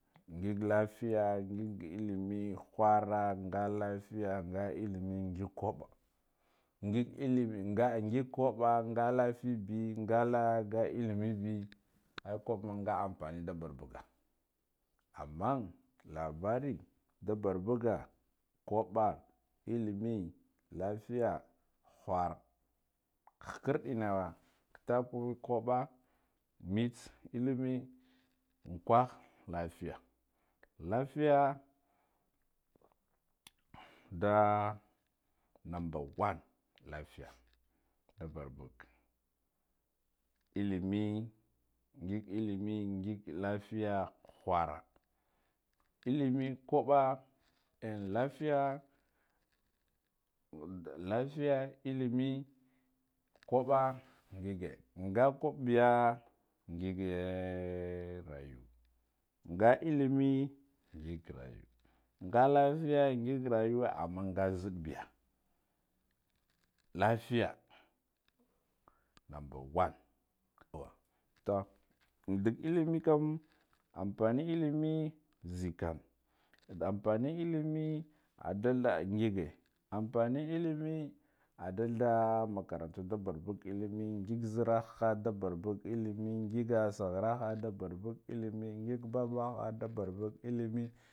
Ngig lafiya ngig illi me khara nga lafiya nga illime ngig kubba ngig illimi nga ngig kubba, nga lafibe nga nga illime bi ai kubba ma nga ampane hda bor buga, amman labari khura khakarde enna kitakue kubba mitse illime unkwakha lafiya lafiya nda numba wan, lafiya da barba ga illime ngig illime ngig lafiya khura illime kubba en lafiya da lafiya illime kubba ngige nga khbbiya ngig rayu nga illime ngig rayu nga lafiya ngig rayuwa amman nga nzidde biya lafiya numba wunn awa, to dagga illime kam apane illime zekan ampane illime adalda ngige ampane illime adalda ngige ampane illime adalda makarantu nila barbaga illime ngig zeraha nda barbuga illime ngiga sa kharaha ah nda barbuga, illime ngig ngig bubba.